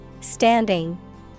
Standing